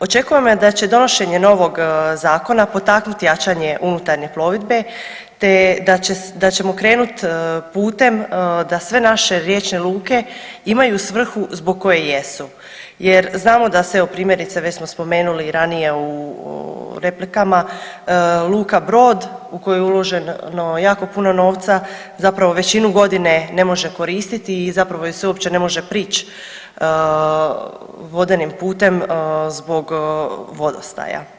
Očekujemo da će donošenje novog zakona potaknuti jačanje unutarnje plovidbe, te da ćemo krenut putem da sve naše riječne luke imaju svrhu zbog koje jesu jer znamo da se evo primjerice već smo spomenuli ranije u replikama luka Brod u koju je uloženo jako puno novca, zapravo većinu godine ne može koristiti i zapravo joj se uopće ne može prić vodenim putem zbog vodostaja.